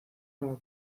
como